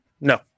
no